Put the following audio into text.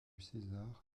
césar